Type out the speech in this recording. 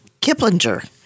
Kiplinger